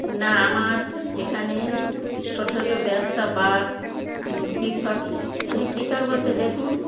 না আমার এখানে ছোট ছোট ব্যবসা বা এগুলো কৃষক বলতে দেখুন